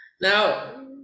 Now